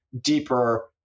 deeper